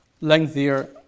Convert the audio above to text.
lengthier